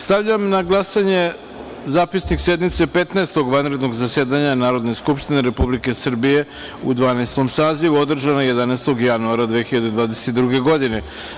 Stavljam na glasanje Zapisnik sednice Petnaestog vanrednog zasedanja Narodne skupštine Republike Srbije u Dvanaestom sazivu, održane 11. januara 2022. godine.